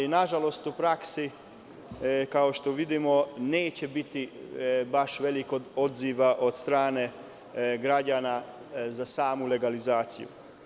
Nažalost, u praksi, kao što vidimo, neće biti baš velikog odziva od strane građana za samu legalizaciju.